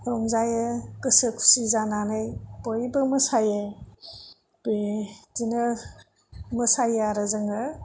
रंजायो गोसो खुसि जानानै बयबो मोसायो बेदिनो मोसायो आरो जोङो